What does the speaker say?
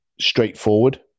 straightforward